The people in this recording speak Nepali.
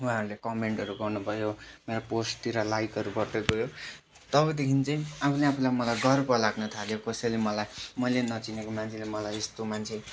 उहाँहरूले कमेन्टहरू गर्नुभयो मेरो पोस्टतिर लाइकहरू गर्दै गयो तबदेखि चाहिँ आफूले आफूलाई मलाई गर्व लाग्न थाल्यो कसैले मलाई मैले नचिनेको मान्छले मलाई यस्तो मान्छे